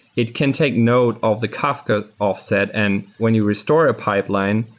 it can take note of the kafka offset, and when you restore a pipeline,